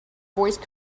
voice